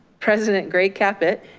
president greg caput,